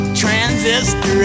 transistor